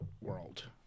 world